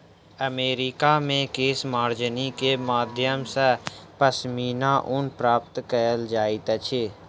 America मे केशमार्जनी के माध्यम सॅ पश्मीना ऊन प्राप्त कयल जाइत अछि